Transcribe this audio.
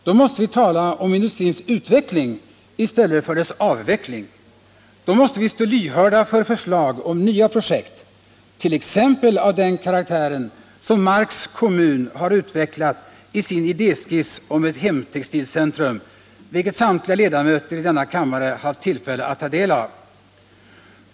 Då måste vi tala om industrins utveckling i stället för dess avveckling. Då måste vi stå lyhörda för förslag om nya projekt, t.ex. av den karaktär som Marks kommun har utvecklat i sin idéskiss om ett hemtextilcentrum, vilken samtliga ledamöter i denna kammare haft tillfälle att ta del av.